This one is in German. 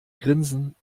grinsen